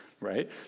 right